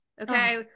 Okay